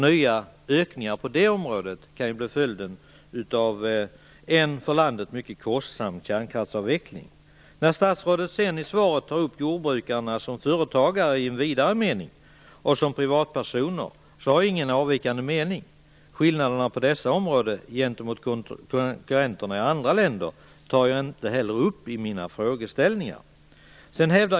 Nya ökningar på det området kan bli följden av en för landet mycket kostsam kärnkraftsavveckling. När statsrådet i svaret tar upp jordbrukarna som företagare och som privatpersoner i en vidare mening har jag ingen avvikande mening. Jag tar inte heller upp skillnaderna på dessa områden gentemot konkurrenterna i andra länder i mina frågeställningar.